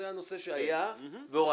זה הנושא שהיה והורדנו.